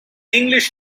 english